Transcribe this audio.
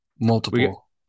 multiple